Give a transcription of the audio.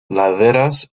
laderas